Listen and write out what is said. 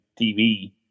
TV